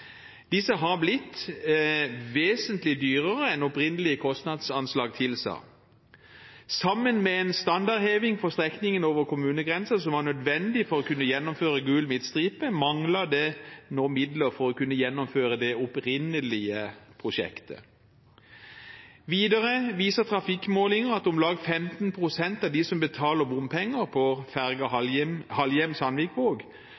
Disse har blitt vesentlig dyrere enn opprinnelige kostnadsanslag tilsa. Sammen med en standardheving for strekningen over kommunegrensen, som var nødvendig for å kunne gjennomføre gul midtstripe, mangler det nå midler for å kunne gjennomføre det opprinnelige prosjektet. Videre viser trafikkmålinger at om lag 15 pst. av de som betaler bompenger på